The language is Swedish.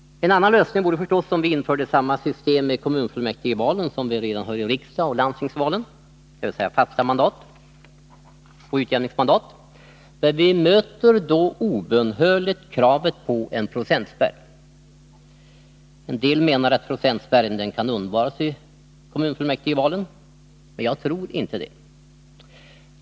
En annan lösning vore förstås om vi införde samma system i kommunfullmäktigevalen, som vi redan har i riksdagsoch landstingsvalen, dvs. fasta mandat samt utjämningsmandat. Men vi möter då obönhörligt kravet på en procentspärr. En del menar att procentspärren kan undvaras i kommunfullmäktigevalen. Jag tror inte det.